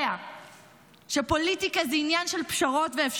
הרי בסוף מי לא יודע שפוליטיקה זה עניין של פשרות ואפשרויות,